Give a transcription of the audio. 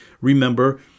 remember